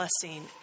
blessing